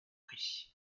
prix